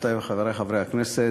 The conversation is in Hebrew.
חברותי וחברי חברי הכנסת,